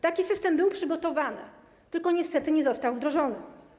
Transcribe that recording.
Taki system był przygotowany, tylko niestety nie został wdrożony.